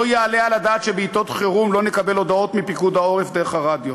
לא יעלה על הדעת שבעתות חירום לא נקבל הודעות מפיקוד העורף דרך הרדיו.